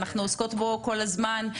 אנחנו עוסקות בה כל הזמן.